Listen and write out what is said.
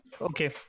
Okay